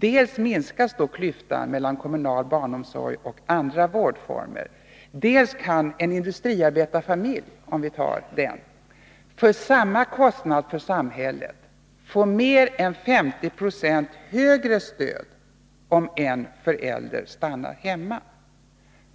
Dels minskas då klyftan mellan kommunal barnomsorg och andra vårdformer, dels kan en industriarbetarfamilj — om vi tar en sådan som exempel -— enligt vår modell för samma kostnad för samhället få mer än 50 96 högre stöd om en förälder stannar hemma